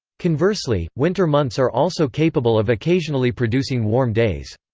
conversely, winter months are also capable of occasionally producing warm days.